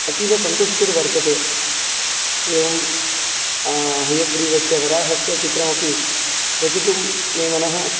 अतीवसन्तुष्टिर्वतते एवं हयग्रीवस्य वराहस्य चित्रमपि रचितुं मे मनः